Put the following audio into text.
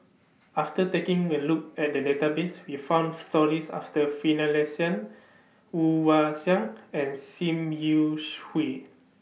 after taking A Look At The Database We found stories after Finlayson Woon Wah Siang and SIM YOU Hui